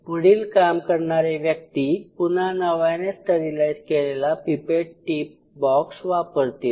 पुढील काम करणारे व्यक्ती पुन्हा नव्याने स्टरीलाईज केलेला पिपेट टीप बॉक्स वापरतील